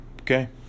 okay